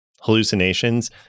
hallucinations